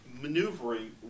maneuvering